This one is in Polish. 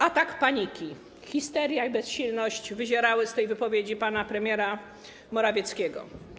Atak paniki, histeria i bezsilność wyzierały z tej wypowiedzi pana premiera Morawieckiego.